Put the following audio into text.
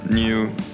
new